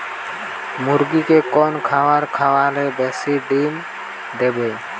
মুরগির কোন খাবার খাওয়ালে বেশি ডিম দেবে?